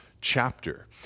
chapter